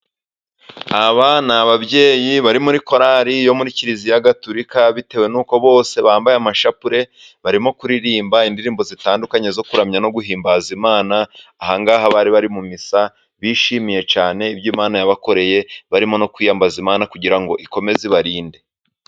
Aba ni ababyeyi bari muri korali yo muri kiliziya gatulika, bitewe n'uko bose bambaye amashapule, barimo kuririmba indirimbo zitandukanye zo kuramya no guhimbaza Imana, aha ngaha bari bari mu misa bishimiye cyane ibyo Imana yabakoreye, barimo no kwiyambaza Imana kugira ngo ikomeze ibarinde.